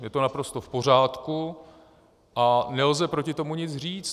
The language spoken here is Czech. Je to naprosto v pořádku a nelze proti tomu nic říct.